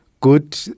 good